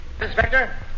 Inspector